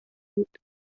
بود